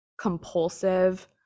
compulsive